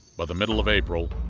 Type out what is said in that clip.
by the middle of april,